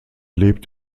lebt